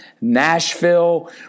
Nashville